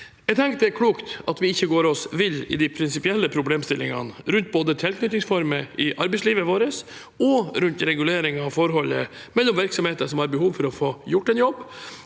Jeg tenker det er klokt at vi ikke går oss vill i de prinsipielle problemstillingene rundt både tilknytningsformer i arbeidslivet vårt og reguleringen av forholdet mellom virksomheter som har behov for å få gjort en jobb,